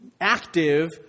active